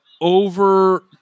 over